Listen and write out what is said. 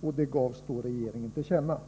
Detta gavs regeringen till känna.